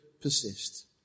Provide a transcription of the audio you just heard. persist